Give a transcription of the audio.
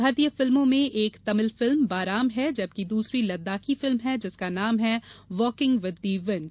भारतीय फिल्मों में एक तमिल फिल्म बाराम है जबकि दूसरी लद्दाखी फिल्म है जिसका नाम है वॉकिंग विद द विंड